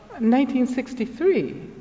1963